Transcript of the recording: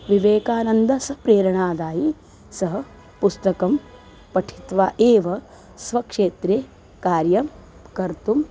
विवेकानन्दस्य प्रेरणादायी सः पुस्तकं पठित्वा एव स्वक्षेत्रे कार्यं कर्तुम्